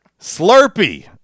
Slurpee